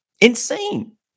Insane